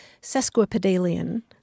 sesquipedalian